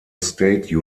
state